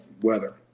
weather